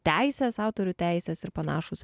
teisės autorių teisės ir panašūs